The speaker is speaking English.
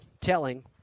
telling